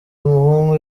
umuhungu